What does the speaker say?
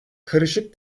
karışık